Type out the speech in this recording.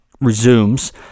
resumes